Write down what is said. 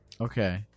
Okay